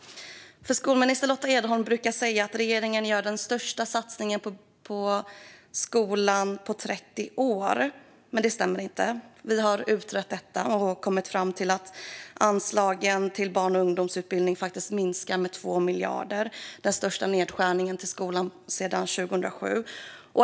Skolminister Lotta Edholm brukar säga att regeringen gör den största satsningen på skolan på 30 år, men det stämmer inte. Vi har låtit utreda detta och kommit fram till att anslagen till barn och ungdomsutbildning faktiskt minskar med 2 miljarder. Det är den största nedskärningen på skolan sedan 2007.